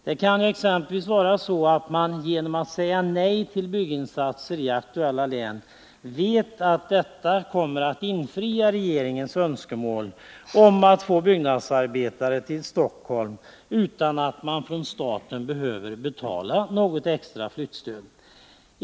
Det kan ju exempelvis vara så, att man vet att man, genom att säga nej till bygginsatser i aktuella län, kommer att infria regeringens önskemål om att få byggnadsarbetare till Stockholm utan att staten behöver betala något extra flyttstöd.